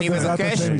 להתראות בעזרת השם.